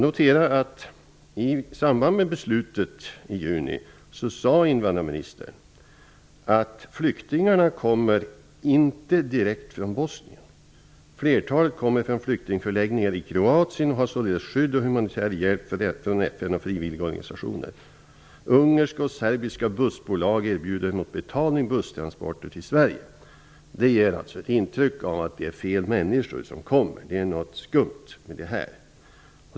I samband med beslutet i juni sade invandrarministern att flyktingarna inte kommer direkt från Bosnien. Hon sade att flertalet kommer från flyktingförläggningar i Kroatien och således har skydd och humanitär hjälp från FN och frivilliga organisationer. Ungerska och serbiska bussbolag erbjuder busstransporter till Sverige mot betalning. Det ger ett intryck av att det är fel människor som kommer. Det är något skumt med detta.